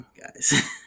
guys